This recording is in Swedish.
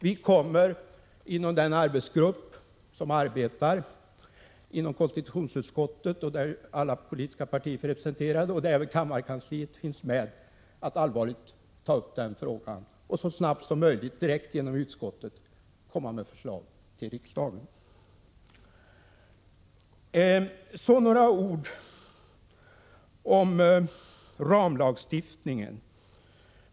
Vi kommer inom den arbetsgrupp som arbetar inom konstitutionsutskottet, där alla politiska partier är representerade och även kammarkansliet finns med, att allvarligt ta upp den frågan och så snabbt som möjligt direkt genom utskottet lämna förslag till riksdagen. Så några ord om ramlagstiftningen.